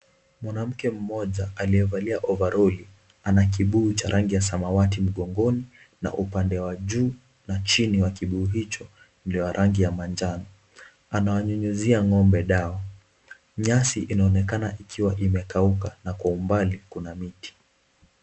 Mwanamke mmoja aliyevalia ovaroli ana kibuyu cha rangi ya samawati mgongoni na upande wa juu na chini wa kibuyu hicho ni ya rangi ya manjano. Anawanyunyizia ng'ombe dawa. Nyasi inaonekana ikiwa imekauka na kwa umbali kuna miti.